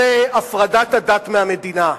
זה הפרדת הדת מהמדינה.